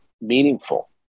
meaningful